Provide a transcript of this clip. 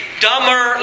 dumber